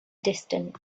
distance